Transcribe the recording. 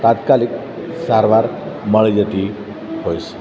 તાત્કાલિક સારવાર મળી જતી હોય છે